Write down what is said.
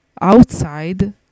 outside